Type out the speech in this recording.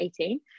18